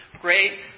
great